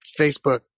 Facebook